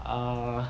err